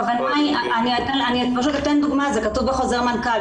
אני אתן דוגמה, זה כתוב בחוזר מנכ"ל.